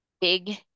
big